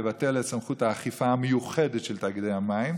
לבטל את סמכות האכיפה המיוחדת של תאגידי המים,